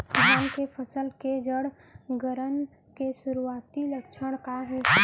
धान के फसल के जड़ गलन के शुरुआती लक्षण का हे?